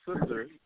sister